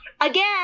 Again